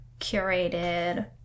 curated